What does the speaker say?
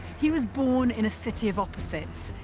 he was born in a city of opposites,